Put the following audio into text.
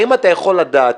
האם אתה יכול לדעת,